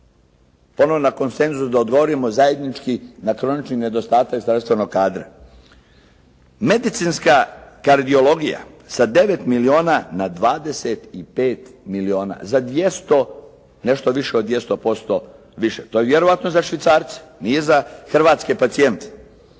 pozivamo na konsenzus da odgovorimo zajednički na kronični nedostatak zdravstvenog kadra. Medicinska kardiologija sa 9 milijuna na 25 milijuna, za nešto više od 200% više. To je vjerojatno za Švicarce, nije za hrvatske pacijente.